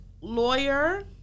lawyer